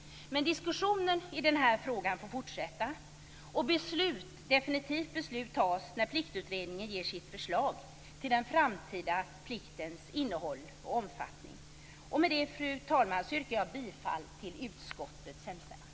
Men diskussionen i den här frågan får fortsätta. Definitivt beslut fattas när Pliktutredningen ger sitt förslag till den framtida pliktens innehåll och omfattning. Fru talman! Med det yrkar jag bifall till utskottets hemställan.